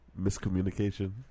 miscommunication